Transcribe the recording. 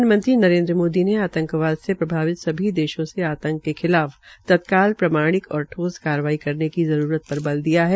प्रधानमंत्री नरेन्द्र मोदी ने आतंकवाद से प्रभावित सभी देशों से आतंक के खिलाफ तत्काल प्रमाणिक और ठोस कार्रवाई करने की जरूरत पर बल दिया है